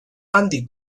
handik